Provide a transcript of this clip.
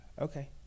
Okay